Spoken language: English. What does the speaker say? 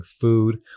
food